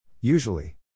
Usually